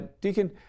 Deacon